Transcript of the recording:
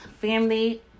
family